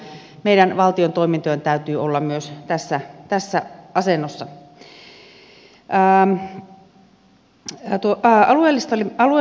kyllä meidän valtion toimintojen täytyy olla myös tässä asennossa